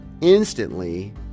instantly